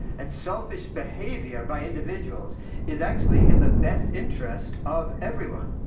and selfish behavior by individuals is actually in the best interest of everyone,